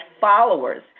followers